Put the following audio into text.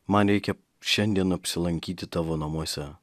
man reikia šiandien apsilankyti tavo namuose